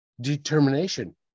determination